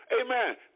amen